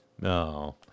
No